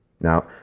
Now